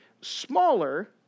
smaller